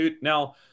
now